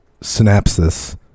synapses